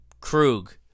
Krug